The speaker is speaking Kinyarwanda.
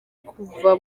kuva